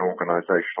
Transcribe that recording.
organizational